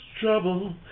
trouble